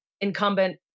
incumbent